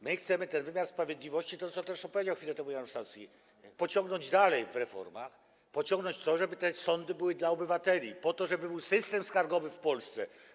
My chcemy ten wymiar sprawiedliwości - to zresztą powiedział chwilę temu Janusz Sanocki - pociągnąć dalej w reformach, pociągnąć to, żeby te sądy były dla obywateli, po to żeby był system skargowy w Polsce.